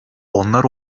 onlar